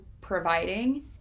providing